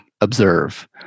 observe